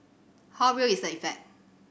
how real is the effect